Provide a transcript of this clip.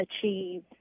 achieve